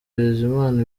bizimana